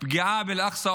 פגיעה באל-אקצא,